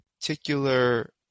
particular